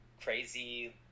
crazy